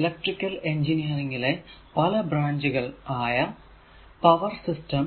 electrical എഞ്ചിനീറിങ്ങിലെ പല ബ്രാഞ്ചുകൾ ആയ പവർ സിസ്റ്റം